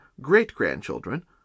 great-grandchildren